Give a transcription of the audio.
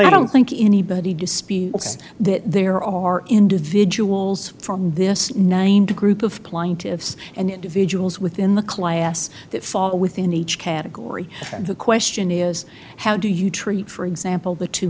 i don't think anybody disputes that there are individuals from this named group of kline tiffs and individuals within the class that fall within each category and the question is how do you treat for example the two